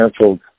canceled